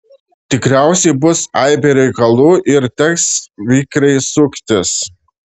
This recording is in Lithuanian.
tikriausiai bus aibė reikalų ir teks vikriai suktis